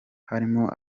harimo